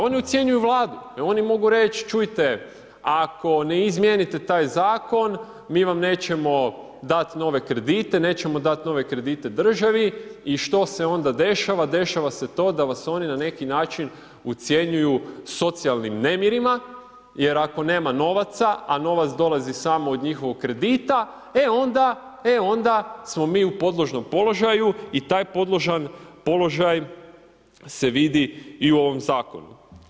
One ucjenjuju Vladu, oni mogu reći čujte, ako ne izmijenite taj zakon, mi vam nećemo dato nove kredite, nećemo dati nove kredite državi i što se onda dešava, dešava se to da vas oni na neki način ucjenjuju socijalnim nemirima jer ako nema novaca a novac dolazi samo od njihovog kredita, e onda smo mi u podložnom položaju i taj podložan položaj se vidi i u ovom zakonu.